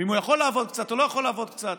ואם הוא יכול לעבוד קצת או לא יכול לעבוד קצת.